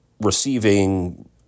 receiving